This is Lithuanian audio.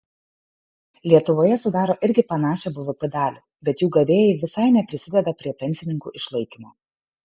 lietuvoje sudaro irgi panašią bvp dalį bet jų gavėjai visai neprisideda prie pensininkų išlaikymo